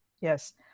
Yes